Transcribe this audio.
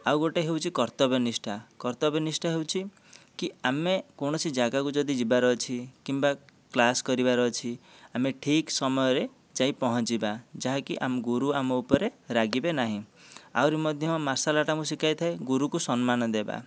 ଆଉ ଗୋଟିଏ ହେଉଛି କର୍ତ୍ତବ୍ୟ ନିଷ୍ଠା କର୍ତ୍ତବ୍ୟ ନିଷ୍ଠା ହେଉଛି କି ଆମେ କୌଣସି ଜାଗାକୁ ଯଦି ଯିବାର ଅଛି କିମ୍ବା କ୍ଳାସ୍ କରିବାର ଅଛି ଆମେ ଠିକ ସମୟରେ ଯାଇ ପହଞ୍ଚିବା ଯାହାକି ଆମ ଗୁରୁ ଆମ ଉପରେ ରାଗିବେ ନାହିଁ ଆହୁରି ମଧ୍ୟ ମାର୍ଶାଲଆର୍ଟରେ ଆମକୁ ଶିକ୍ଷ୍ୟ ଦିଆଯାଇଥାଏ ଗୁରୁକୁ ସମ୍ମାନ ଦେବା